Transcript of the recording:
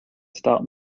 start